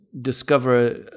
discover